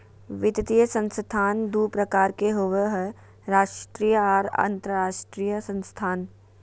वित्तीय संस्थान दू प्रकार के होबय हय राष्ट्रीय आर अंतरराष्ट्रीय संस्थान